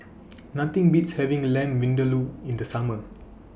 Nothing Beats having Lamb Vindaloo in The Summer